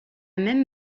même